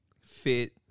Fit